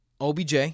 OBJ